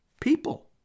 people